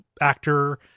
actor